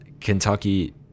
Kentucky